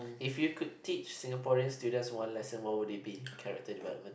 if you could teach Singaporean students one lesson what would it be character development